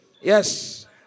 Yes